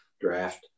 draft